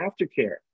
aftercare